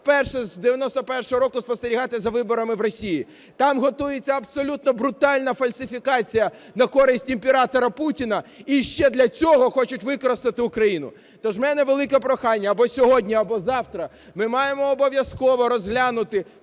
вперше з 91-го року спостерігати за виборами в Росії. Там готується абсолютно брутальна фальсифікація на користь "імператора" Путіна. І ще для цього хочуть використати Україну. Тож у мене велике прохання: або сьогодні, або завтра ми маємо обов'язково розглянути